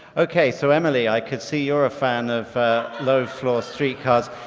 ok, so emily i could see you're a fan of low-floor streetcars.